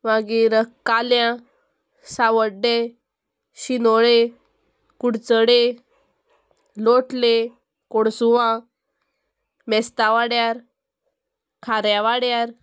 मागीर काल्या सावड्डें शिनोळे कुडचडे लोटले कोणसुवां मेस्ताव वाड्यार खार्या वाड्यार